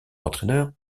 entraîneur